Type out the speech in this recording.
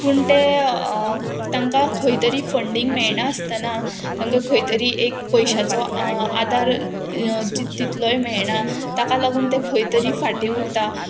पूण ते तांकां खंय तरी फंडींग मेयणा आसतना तांकां खंय तरी एक पयशाचो आदार तितलोय मेयणा ताका लागून तें खंय तरी फाटीं उरता